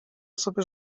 sobie